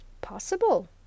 Possible